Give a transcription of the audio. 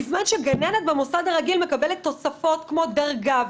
בזמן שגננת במוסד הרגיל מקבלת תוספות כמו דרגה,